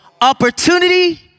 Opportunity